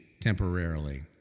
temporarily